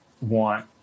want